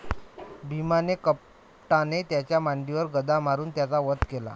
भीमाने कपटाने त्याच्या मांडीवर गदा मारून त्याचा वध केला